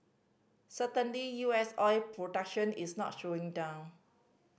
certainly U S oil production is not slowing down